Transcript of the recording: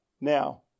Now